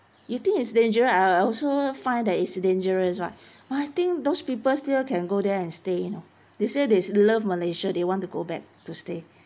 you think it's dangerous I I also find that it's a dangerous right but I think those people still can go there and stay you know they say they love malaysia they want to go back to stay